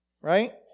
Right